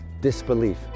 disbelief